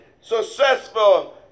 successful